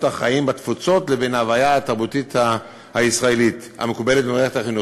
החיים בתפוצות לבין ההוויה התרבותית הישראלית המקובלת במערכת החינוך,